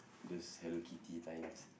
those Hello-Kitty times